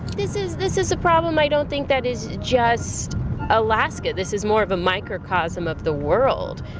this is this is a problem i don't think that is just alaska. this is more of a microcosm of the world.